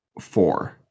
four